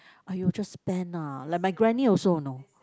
!aiyo! just spend lah like my granny also you know